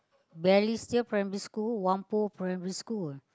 Balestier-Primary-School Whampoa-Primary-School